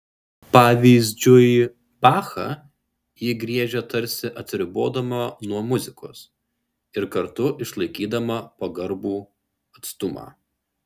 pavyzdžiui bachą ji griežia tarsi atsiribodama nuo muzikos ir kartu išlaikydama pagarbų atstumą